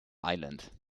island